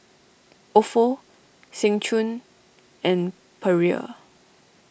Ofo Seng Choon and Perrier